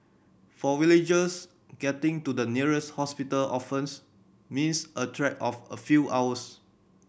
for villagers getting to the nearest hospital often means a trek of a few hours